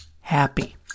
happy